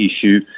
issue